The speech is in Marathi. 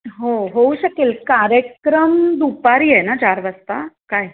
हो होऊ शकेल कार्यक्रम दुपारी आहे ना चार वाजता काय